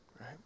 right